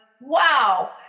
Wow